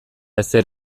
ezer